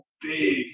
big